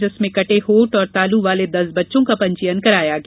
जिसमें कटे होठ व तालू वाले दस बच्चों का पंजीयन किया गया